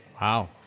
Wow